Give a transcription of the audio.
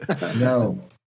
No